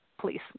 please